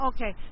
Okay